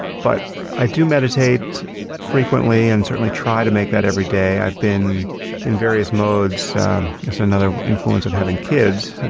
but i do meditate frequently and certainly try to make that every day. i've been in various modes. that's another influence of having kids,